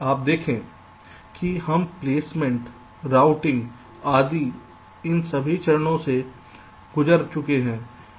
अब देखें कि हम प्लेसमेंट राउटिंग आदि के इन सभी चरणों से गुजर चुके हैं